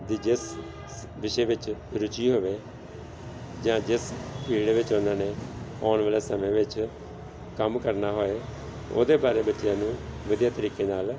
ਵੀ ਜਿਸ ਵਿਸ਼ੇ ਵਿੱਚ ਰੁਚੀ ਹੋਵੇ ਜਾਂ ਜਿਸ ਫੀਲਡ ਵਿੱਚ ਉਹਨਾਂ ਨੇ ਆਉਣ ਵਾਲੇ ਸਮੇਂ ਵਿੱਚ ਕੰਮ ਕਰਨਾ ਹੋਏ ਉਹਦੇ ਬਾਰੇ ਬੱਚਿਆਂ ਨੂੰ ਵਧੀਆ ਤਰੀਕੇ ਨਾਲ